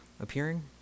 appearing